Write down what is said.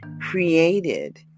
created